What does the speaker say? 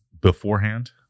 beforehand